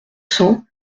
cents